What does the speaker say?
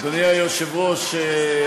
אדוני היושב-ראש,